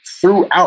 throughout